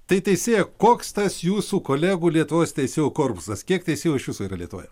tai teisėja koks tas jūsų kolegų lietuvos teisėjų korpusas kiek teisėjų iš viso yra lietuvoje